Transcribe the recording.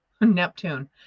Neptune